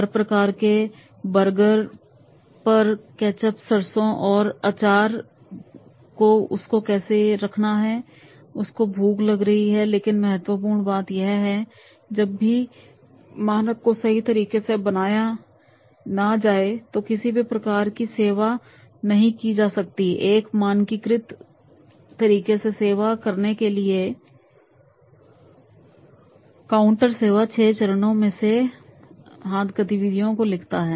हर प्रकार के बर्गर पर केचप सरसों और अचार गोरखनाथ मुझे यकीन है कि आपको भूख लग रही होगी लेकिन महत्वपूर्ण बात यह है कि जब तक मानक को सही तरीके से बनाया ना जाए तो किसी भी प्रकार की सेवा नहीं की जा सकती एक मानकीकृत तरीके से सेवा करने के लिए काउंटर सेवा 6 चरणों मैं से हाथ गतियों को लिखता है